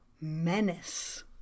menace